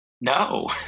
No